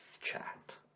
chat